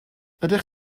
ydych